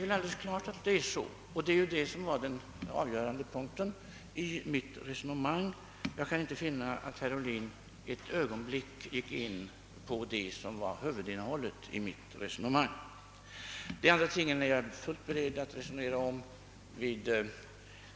Detta var den avgörande punkten i mitt resonemang vilken jag inte kan finna att herr Ohlin ett ögonblick berörde. De andra spörsmålen är jag beredd att diskutera vid